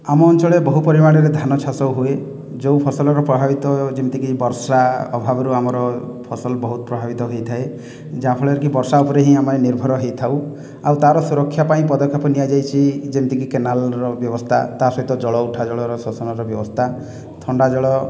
ଆମ ଅଞ୍ଚଳରେ ବହୁ ପରିମାଣରେ ଧାନ ଚାଷ ହୁଏ ଯେଉଁ ଫସଲର ପ୍ରଭାବିତ ଯେମିତିକି ବର୍ଷା ଅଭାବରୁ ଆମର ଫସଲ ବହୁତ ପ୍ରଭାବିତ ହେଇଥାଏ ଯାହାଫଳରେକି ବର୍ଷା ଉପରେ ହିଁ ଆମେ ନିର୍ଭର ହୋଇଥାଉ ଆଉ ତା'ର ସୁରକ୍ଷା ପାଇଁ ପଦକ୍ଷେପ ନିଆଯାଇଛି ଯେମିତିକି କେନାଲର ବ୍ୟବସ୍ଥା ତା' ସହିତ ଜଳ ଉଠା ଜଳର ଶସନର ବ୍ୟବସ୍ଥା ଥଣ୍ଡା ଜଳ